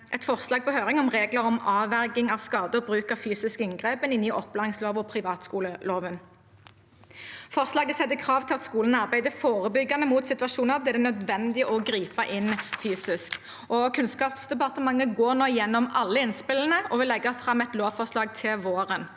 et forslag på høring om regler om avverging av skade og bruk av fysisk inngripen inn i opplæringsloven og privatskoleloven. Forslaget setter krav til at skolene arbeider forebyggende mot situasjoner der det er nødvendig å gripe inn fysisk. Kunnskapsdepartementet går nå igjennom alle innspillene og vil legge fram et lovforslag til våren.